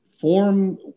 form